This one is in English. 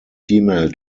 female